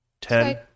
Ten